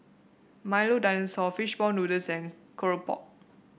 Milo Dinosaur fish ball noodles and keropok